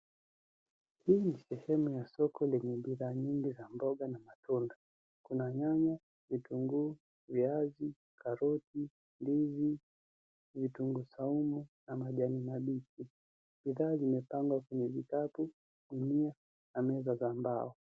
Hii ni sehemu ya soko lenye bidhaa nyingi za mboga na matunda. Kuna nyanya, vitunguu, viazi, karoti, ndizi, vitunguu saumu na majani mabichi. Bidhaa zimepangwa kwenye vikapu, gunia na meza za mbao.